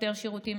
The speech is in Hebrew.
יותר שירותים,